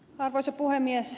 arvoisa puhemies